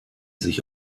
sich